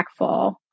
impactful